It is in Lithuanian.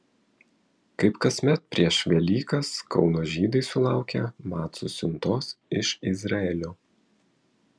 kaip kasmet prieš velykas kauno žydai sulaukė macų siuntos iš izraelio